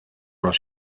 los